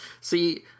See